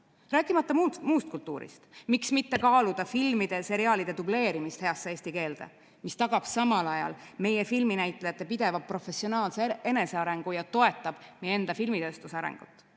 ka muust kultuurist. Miks mitte kaaluda filmide-seriaalide dubleerimist heasse eesti keelde, mis tagab samal ajal meie filminäitlejate pideva professionaalse enesearendamise ja toetab meie filmitööstuse arengut.